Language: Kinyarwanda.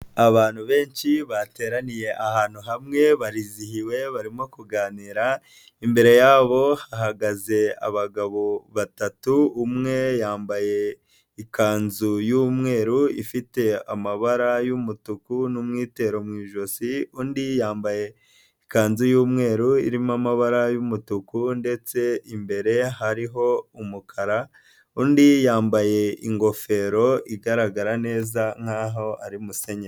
Abantu benshi bateraniye ahantu hamwe barizihiwe barimo kuganira, imbere yabo hahagaze abagabo batatu, umwe yambaye ikanzu y'umweru ifite amabara y'umutuku n'umwitero mu ijosi undi yambaye ikanzu y'umweru irimo amabara y'umutuku ndetse imbere hariho umukara, undi yambaye ingofero igaragara neza nkaho ari musenyeri.